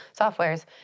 softwares